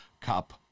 Cup